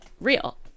real